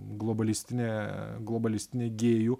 globalistinė globalistinė gėjų